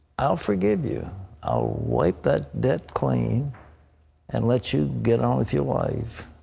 i'll forgive you. i'll wipe that debt clean and let you get on with your life.